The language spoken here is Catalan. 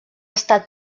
estat